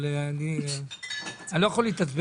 אבל אני לא יכול להתעצבן.